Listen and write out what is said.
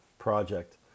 project